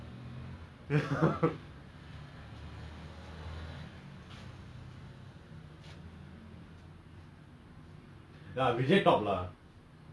இல்ல எனக்கு நா நினைக்குறேன் வந்து ஏன்னா நா பொறந்த நேரம் ஏன்னா நா பொறக்கும் போது:illa enakku naa ninaikkuraen vanthu yaennaa naa porantha neram yaennaa naa porakkum pothu vijay தான நா:thaana naa two thousand four leh பொறந்தேன் அப்ப வந்து:poranthaen appa vanthu vijay தான் அந்த:thaan antha